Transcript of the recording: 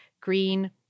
green